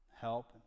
help